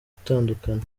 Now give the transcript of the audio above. gutandukana